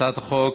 הצעת החוק